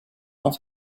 off